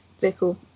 vehicle